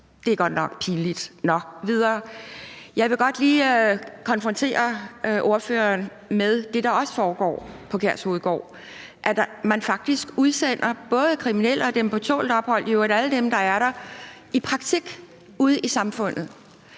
Det er godt nok pinligt. Nå, videre. Jeg vil godt lige konfrontere ordføreren med det, der også foregår på Kærshovedgård, nemlig at man faktisk udsender både kriminelle og dem på tålt ophold og i øvrigt alle dem, der er der, i praktik ude i samfundet.